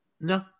No